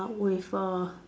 with a